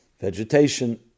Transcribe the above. Vegetation